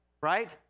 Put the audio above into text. right